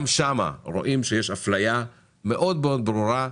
גם שם רואים שיש אפליה מאוד ברורה,